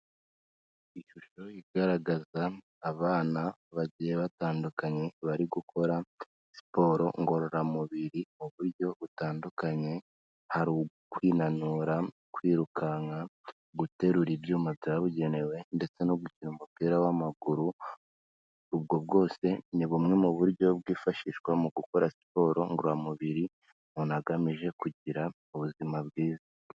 Ishusho igaragaza abana bagiye batandukanye, bari gukora siporo ngororamubiri mu buryo butandukanye, hari kwinanura, kwirukanka, guterura ibyuma byabugenewe ndetse no gukina umupira w'amaguru, ubwo bwose ni bumwe mu buryo bwifashishwa mu gukora siporo ngoramubiri umuntu akora agamije kugira ubuzima bwiza.